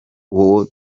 uwo